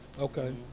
Okay